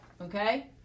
okay